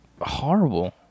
horrible